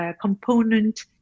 component